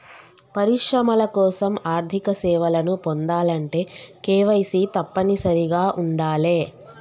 పరిశ్రమల కోసం ఆర్థిక సేవలను పొందాలంటే కేవైసీ తప్పనిసరిగా ఉండాలే